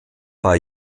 bei